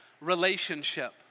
relationship